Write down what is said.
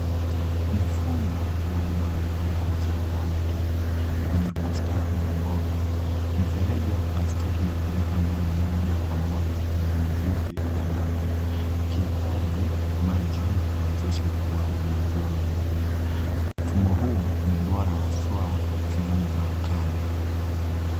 Mfumo wa umwagiliaji wa matone kwenye bustani ya mboga. Mifereji ya plastiki inapeleka maji moja kwa moja kwenye mizizi ya mimea ikihifadhi maji na kuwezesha ukuaji mzuri wa mimea. Mfumo huu ni bora haswaa kwa sehemu za ukame.